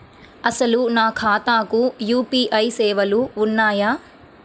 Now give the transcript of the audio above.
అసలు నా ఖాతాకు యూ.పీ.ఐ సేవలు ఉన్నాయా?